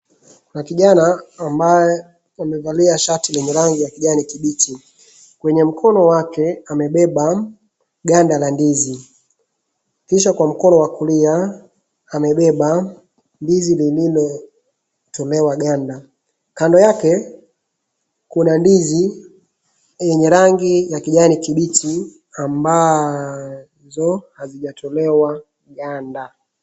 Kuna kijana ambaye amvalia shati lenye rangi ya kijani kimbichi. kwenye mkono wake amebeba ganda la ndizi kisha kwa mkono wa kulia amebeba ndizi lililotolewa ganda. Kando yake kuna ndizi yenye rangi ya kijani kimbichi ambazo hajitolewa ganda.